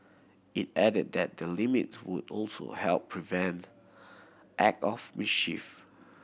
it added that the limits would also help prevent act of mischief